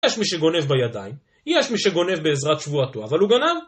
יש מי שגונב בידיים, יש מי שגונב בעזרת שבועתו, אבל הוא גנב.